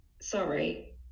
sorry